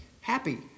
happy